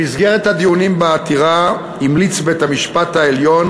במסגרת הדיונים בעתירה המליץ בית-המשפט העליון